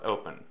open